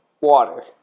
Water